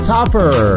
Topper